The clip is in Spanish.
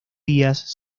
días